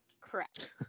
Correct